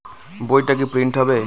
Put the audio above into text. বইটা কি প্রিন্ট হবে?